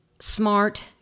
smart